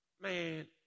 man